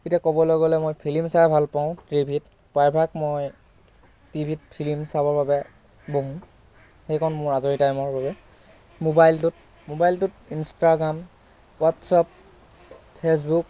এতিয়া ক'বলৈ গ'লে মই ফিলিম চাই ভাল পাওঁ টিভিত প্ৰায়ভাগ মই টিভিত ফিলিম চাবৰ বাবে বহোঁ সেইকণ মোৰ আজৰি টাইমৰ বাবে ম'বাইলটোত ম'বাইলটোত ইণ্ষ্টাগ্ৰাম হোৱাটচআপ ফেচবুক